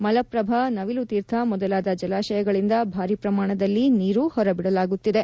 ಮಲಪ್ಪಭ ನವಿಲುತೀರ್ಥ ಮೊದಲಾದ ಜಲಾಶಯಗಳಿಂದ ಭಾರಿ ಪ್ರಮಾಣದಲ್ಲಿ ನೀರು ಹೊರಬಿಡಲಾಗುತ್ತಿದೆ